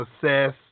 success